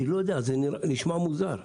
אני לא יודע, זה נשמע מוזר.